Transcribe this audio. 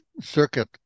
circuit